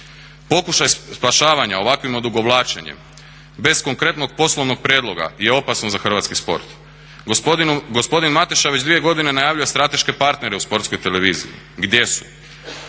Pokušaj spašavanja ovakvim odugovlačenjem bez konkretnog poslovnog prijedloga je opasno za hrvatski sport. Gospodin Mateša već dvije godine najavljuje strateške partnere u Sportskoj televiziji. Gdje su?